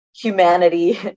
humanity